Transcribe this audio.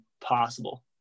possible